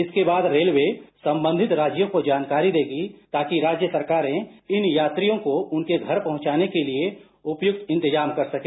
इसके बाद रेलवे संबंधित राज्यों को जानकारी देगी ताकि राज्य सरकारें इन राज्यों को उनके घर पहुंचाने के लिए उपयुक्त इंतजाम कर सके